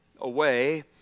away